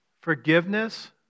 Forgiveness